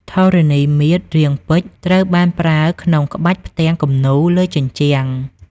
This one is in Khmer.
ធរណីមាត្ររាងពេជ្រ ត្រូវបានប្រើក្នុងក្បាច់ផ្ទាំងគំនូរលើជញ្ជាំង។